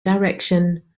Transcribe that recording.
direction